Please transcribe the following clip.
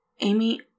Amy